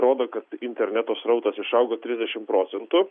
rodo kad interneto srautas išaugo trisdešim procentų